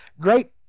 great